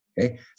okay